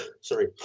sorry